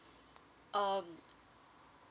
um